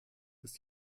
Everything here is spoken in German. ist